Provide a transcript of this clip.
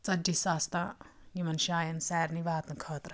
ژدجی ساس تام یِمَن جایَن سارنٕے واتنہٕ خٲطرٕ